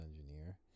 engineer